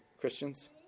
christians